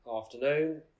Afternoon